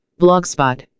blogspot